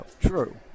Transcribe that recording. true